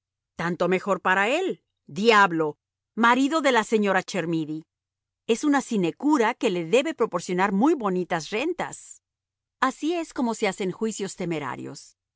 tanto mejor para él diablo marido de la señora chermidy es una sinecura que le debe proporcionar muy bonitas rentas así es como se hacen juicios temerarios